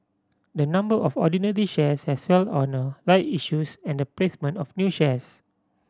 the number of ordinary shares has swelled on a right issues and the placement of new shares